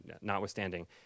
notwithstanding